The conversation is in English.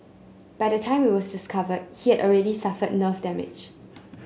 by the time it was discovered he had already suffered nerve damage